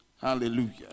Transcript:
Hallelujah